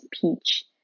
peach